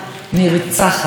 והעולם שותק.